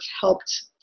helped